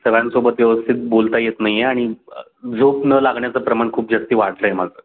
सगळ्यांसोबत व्यवस्थित बोलता येत नाही आहे आणि झोप न लागण्याचं प्रमाण खूप जास्त वाढलं आहे माझं